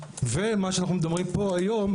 ומה שאנחנו מדברים פה היום,